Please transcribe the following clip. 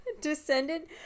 Descendant